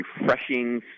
refreshing